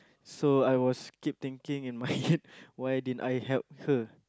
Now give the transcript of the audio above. so I was keep thinking in my head why didn't I help her